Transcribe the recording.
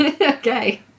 Okay